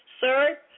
sir